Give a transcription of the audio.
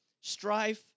strife